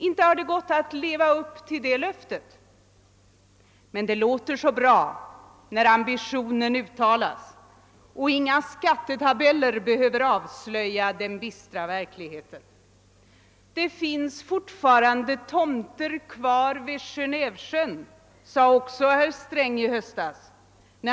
Inte har det gått att leva upp till det löftet, men det låter så bra när ambitionen uttalas och inga skattetabeller behöver avslöja den bistra verkligheten. Det finns fortfarande tomter kvar vid Genévesjön, sade herr Sträng i höstas.